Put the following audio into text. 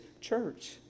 church